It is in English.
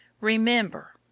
Remember